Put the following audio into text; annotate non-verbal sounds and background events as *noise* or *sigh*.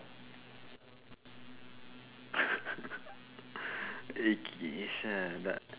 *laughs* eh ki~ sia dah